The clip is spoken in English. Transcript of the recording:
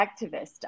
activist